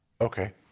Okay